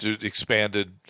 expanded